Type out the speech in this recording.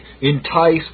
entice